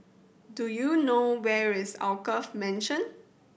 do you know where is Alkaff Mansion